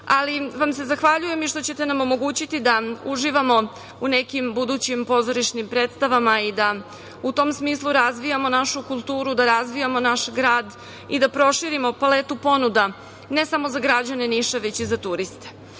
ali vam se zahvaljujem i što ćete nam omogućiti da uživamo u nekim budućim pozorišnim predstavama i da u tom smislu razvijamo našu kulturu, da razvijamo naš grad i da proširimo paletu ponuda ne samo za građane Niša, već i za turiste. Istoriju